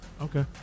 Okay